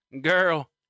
Girl